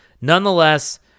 Nonetheless